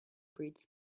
breeds